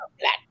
black